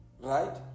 right